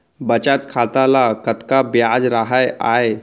बचत खाता ल कतका ब्याज राहय आय?